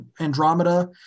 andromeda